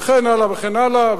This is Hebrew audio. וכן הלאה וכן הלאה,